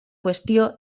qüestió